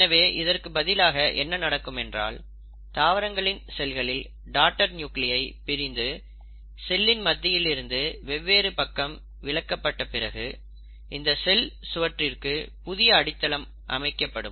எனவே இதற்கு பதிலாக என்ன நடக்கும் என்றால் தாவரங்களின் செல்களில் டாடர் நியூகிளியை பிரிந்து செல்லின் மத்தியில் இருந்து வெவ்வேறு பக்கம் விலக்கப்பட்ட பிறகு இந்த செல் சுவற்றிற்கு புதிய அடித்தளம் அமைக்கப்படும்